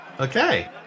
Okay